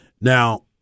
Now